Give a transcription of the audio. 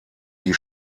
die